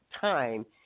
time